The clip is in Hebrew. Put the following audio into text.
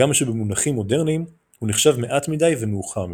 הגם שבמונחים מודרניים הוא נחשב מעט מדי ומאוחר מדי.